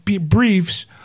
briefs